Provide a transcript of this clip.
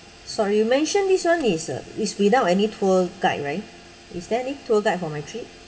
sorry you mentioned this [one] is a is without any tour guide right is there any tour guide for my trip